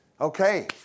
okay